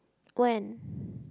when